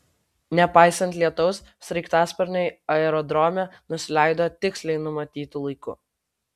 nepaisant lietaus sraigtasparniai aerodrome nusileido tiksliai numatytu laiku